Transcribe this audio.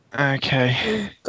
Okay